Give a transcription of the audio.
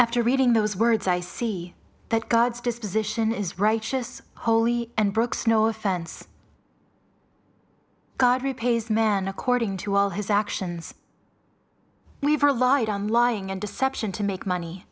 after reading those words i see that god's disposition is righteous holy and brooks no offense god repays man according to all his actions we've relied on lying and deception to make money